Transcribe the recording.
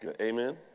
Amen